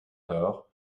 door